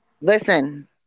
Listen